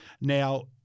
Now